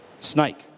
snake